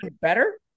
Better